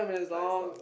nah it's not